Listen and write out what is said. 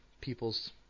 people's